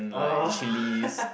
orh